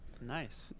Nice